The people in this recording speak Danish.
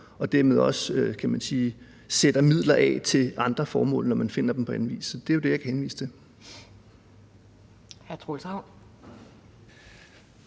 og dermed også sætter midler af til andre formål, når man finder dem på anden vis. Så det er jo det, jeg kan henvise til.